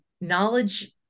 knowledge